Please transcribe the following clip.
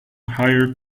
higher